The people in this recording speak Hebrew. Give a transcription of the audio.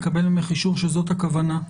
לקבל ממך אישור שזאת הכוונה,